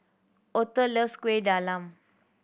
Otho loves Kuih Talam